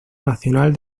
nacional